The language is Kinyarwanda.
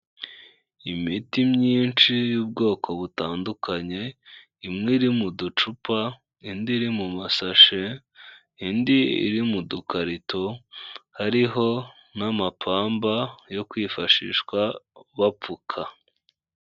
Imiti myinshi y'ubwoko butandukanye, imwe iri mu ducupa, indi iri mu masashe, indi iri mu dukarito, hariho n'amapamba yo kwifashishwa bapfuka.